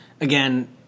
Again